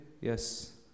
Yes